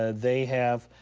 ah they have